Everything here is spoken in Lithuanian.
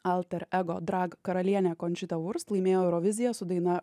alter ego drag karalienė končita laimėjo euroviziją su daina